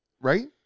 right